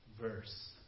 verse